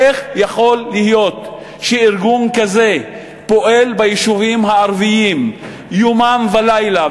איך יכול להיות שארגון כזה פועל ביישובים הערביים יומם ולילה,